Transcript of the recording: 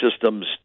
systems